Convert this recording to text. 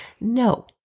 no